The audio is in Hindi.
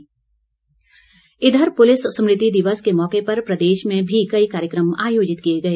हिमाचल स्मृति दिवस इधर पुलिस स्मृति दिवस के मौके पर प्रदेश में भी कई कार्यक्रम आयोजित किए गए